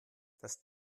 das